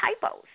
typos